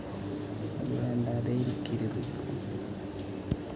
വേണ്ടാതെയും ഇരിക്കരുത്